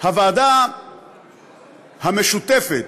הוועדה המשותפת